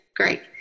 Great